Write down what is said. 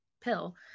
pill